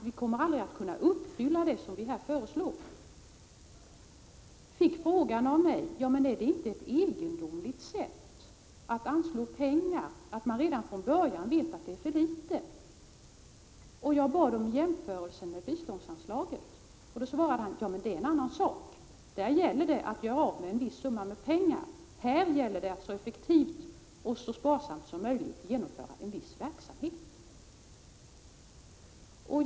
Vi kommer aldrig att kunna uppfylla det som vi föreslår. Han fick då frågan av mig om det inte var ett egendomligt sätt att anslå pengar om man redan från början visste att det var för litet. Jag bad om en jämförelse med biståndsanslaget. Då sade han: Ja, det är en annan sak. Där gäller det att göra av med en viss summa pengar. Här gäller det att så effektivt och sparsamt som möjligt genomföra en viss verksamhet.